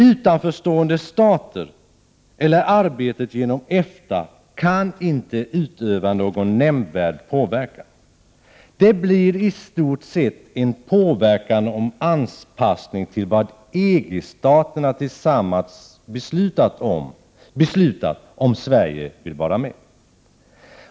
Utanförstående stater eller arbetet genom EFTA kan inte utöva någon nämnvärd påverkan. Det blir i stort sett en påverkan om anpassning till vad EG-staterna tillsammans beslutat, om Sverige vill vara med.